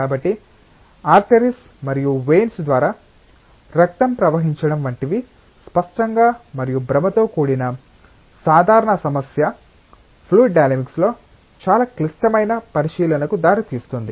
కాబట్టి ఆర్టెరీస్ మరియు వెయిన్స్ ద్వారా రక్తం ప్రవహించడం వంటివి స్పష్టంగా మరియు భ్రమతో కూడిన సాధారణ సమస్య ఫ్లూయిడ్ డైనమిక్స్లో చాలా క్లిష్టమైన పరిశీలనలకు దారితీస్తుంది